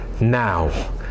now